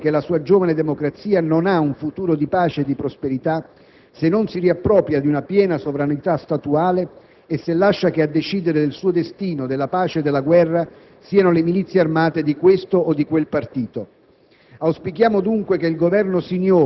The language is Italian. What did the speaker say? E il Libano, speriamo consapevole che la sua giovane democrazia non ha un futuro di pace e di prosperità se non si riappropria di una piena sovranità statuale e se lascia che a decidere del suo destino, della pace e della guerra, siano le milizie armate di questo o di quel partito.